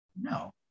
no